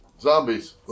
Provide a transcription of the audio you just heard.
zombies